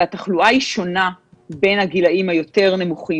התחלואה היא שונה בין הגילאים היותר נמוכים